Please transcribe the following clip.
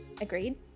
Agreed